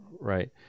right